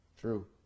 True